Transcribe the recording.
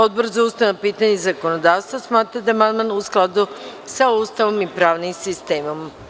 Odbor za ustavna pitanja i zakonodavstvo smatra da je amandman u skladu sa Ustavom i pravnim sistemom.